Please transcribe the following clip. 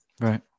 Right